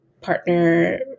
partner